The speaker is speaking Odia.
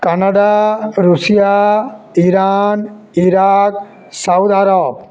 Canada Russia Iran Iraq Saudi Arab